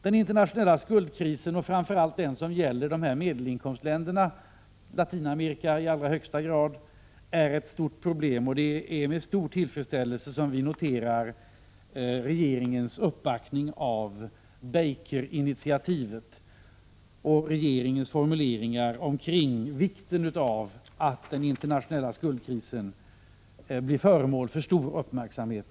Den internationella skuldkrisen, och framför allt den som gäller medelin komstländerna, Latinamerika i allra högsta grad, är ett stort problem. Det är med stor tillfredsställelse som vi noterar regeringens uppbackning av Baker-initiativet och regeringens formuleringar omkring vikten av att den internationella skuldkrisen blir föremål för stor uppmärksamhet.